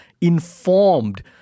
informed